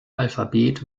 alphabet